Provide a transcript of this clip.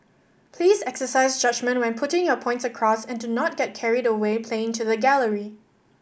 please exercise judgement when putting your points across and do not get carried away playing to the gallery